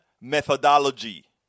methodology